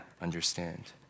understand